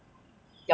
叫他开门